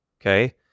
Okay